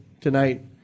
tonight